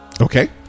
Okay